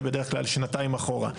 זה בדרך כלל שנתיים אחורה.